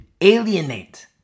alienate